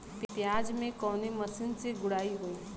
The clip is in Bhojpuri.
प्याज में कवने मशीन से गुड़ाई होई?